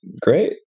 great